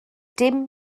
dim